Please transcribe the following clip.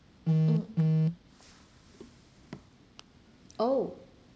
mm oh